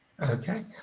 Okay